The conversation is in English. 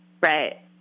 Right